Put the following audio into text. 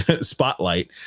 spotlight